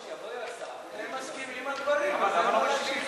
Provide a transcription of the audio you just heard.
שיבוא השר, הם מסכימים על דברים, להשיב,